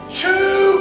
two